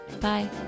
Bye